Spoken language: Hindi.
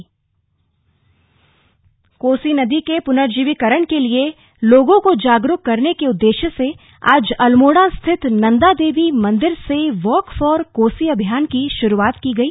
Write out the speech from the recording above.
वॉक फॉर कोसी कोसी नदी के पुनर्जीविकरण के लिए लोगों को जागरूक करने के उद्देश्य से आज अल्मोड़ा स्थित नंदादेवी मंदिर से वॉक फॉर कोसी अभियान की शुरूआत की गई